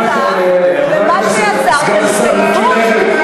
תכף עולה לדבר.